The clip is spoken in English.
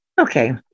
Okay